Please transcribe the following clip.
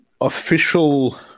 official